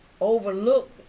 overlook